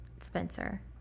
Spencer